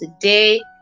today